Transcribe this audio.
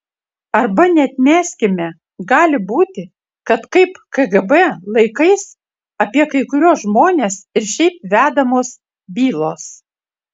arba neatmeskime gali būti kad kaip kgb laikais apie kai kuriuos žmones ir šiaip vedamos bylos